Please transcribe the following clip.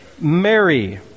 Mary